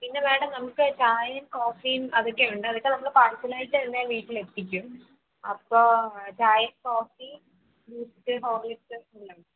പിന്നെ മേടം നമുക്ക് ചായയും കോഫിയും അതൊക്കെയുണ്ട് അതൊക്കെ നമ്മള് പാർസലായിട്ട് തന്നെ വീട്ടിലെത്തിക്കും അപ്പോൾ ചായയും കോഫി ബൂസ്റ്റ് ഹോർലിക്സ് എല്ലാം ഉണ്ട്